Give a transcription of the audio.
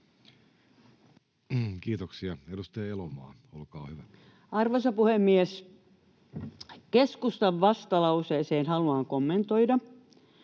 Kiitoksia. — Edustaja Elomaa, olkaa hyvä. Arvoisa puhemies! Keskustan vastalauseeseen haluan kommentoida: